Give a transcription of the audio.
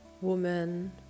woman